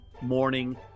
morning